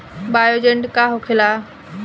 Bio agent का होखेला?